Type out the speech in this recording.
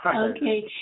Okay